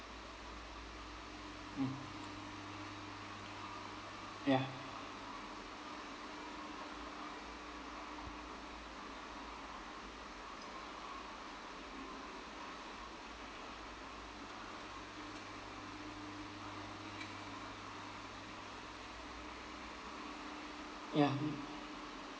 mm ya ya